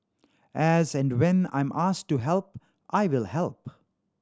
as and when I'm asked to help I will help